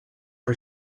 for